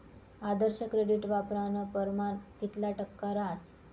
आदर्श credit वापरानं परमाण कितला टक्का रहास